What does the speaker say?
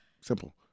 simple